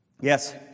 yes